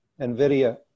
NVIDIA